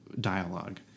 dialogue